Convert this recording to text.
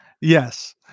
Yes